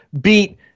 beat